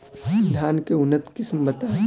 धान के उन्नत किस्म बताई?